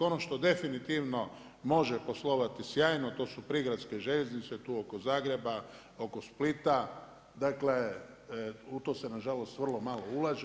Ono što definitivno može poslovati sjajno, to su prigradske željeznice, tu oko Zagreba, oko Splita, dakle, u to se nažalost vrlo malo ulaže.